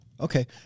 Okay